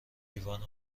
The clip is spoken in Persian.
لیوان